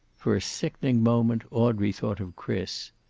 for a sickening moment, audrey thought of chris.